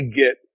get